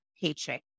paycheck